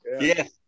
Yes